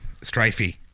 strifey